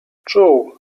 czuł